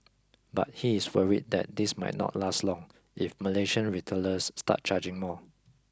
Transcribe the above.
but he is worried that this might not last long if Malaysian retailers start charging more